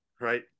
Right